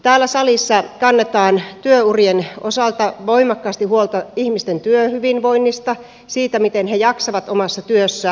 täällä salissa kannetaan työurien osalta voimakkaasti huolta ihmisten työhyvinvoinnista siitä miten he jaksavat omassa työssään